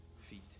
feet